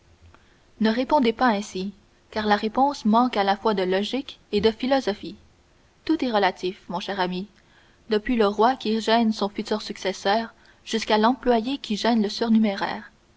ne répondez pas ainsi car la réponse manque à la fois de logique et de philosophie tout est relatif mon cher ami depuis le roi qui gêne son futur successeur jusqu'à l'employé qui gêne le surnuméraire